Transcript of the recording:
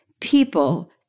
people